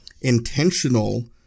intentional